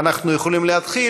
ואנחנו יכולים להתחיל.